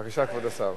בבקשה, כבוד השר.